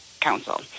Council